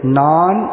non